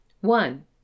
One